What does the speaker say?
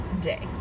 day